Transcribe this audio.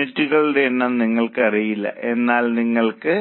യൂണിറ്റുകളുടെ എണ്ണം നിങ്ങൾക്കറിയില്ല എന്നാൽ നിങ്ങൾക്ക്